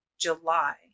July